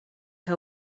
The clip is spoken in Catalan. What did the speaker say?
que